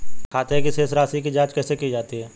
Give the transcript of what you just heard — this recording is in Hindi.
खाते की शेष राशी की जांच कैसे की जाती है?